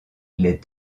les